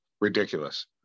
ridiculous